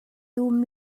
dum